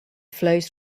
flows